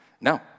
No